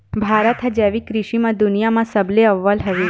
भारत हा जैविक कृषि मा दुनिया मा सबले अव्वल हवे